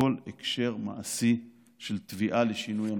מכל הקשר מעשי של תביעה לשינוי המציאות.